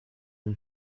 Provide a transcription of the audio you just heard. and